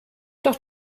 doch